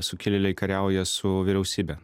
sukilėliai kariauja su vyriausybe